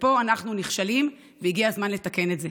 ופה אנחנו נכשלים, והגיע הזמן לתקן את זה.